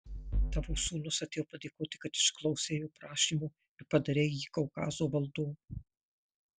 tavo sūnus atėjo padėkoti kad išklausei jo prašymo ir padarei jį kaukazo valdovu